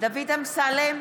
דוד אמסלם,